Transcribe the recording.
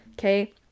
okay